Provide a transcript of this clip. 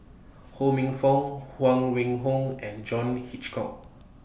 Ho Minfong Huang Wenhong and John Hitchcock